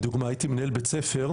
אני אשלים מדוגמה: הייתי מנהל בית ספר,